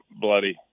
bloody